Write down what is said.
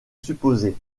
supposée